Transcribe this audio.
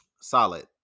Solid